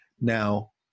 Now